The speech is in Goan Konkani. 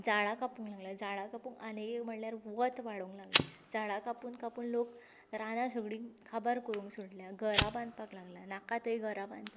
झाडां कापूंक लागला झाडां कापूंक आनी एक म्हळ्ळ्यार वत वाडूंक लागलें झाडां कापून कापून लोक रानां सगळीं काबार करूंक सोडल्या घरां बांदपाक लागल्या नाका थंय घरां बांदता